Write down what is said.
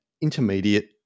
intermediate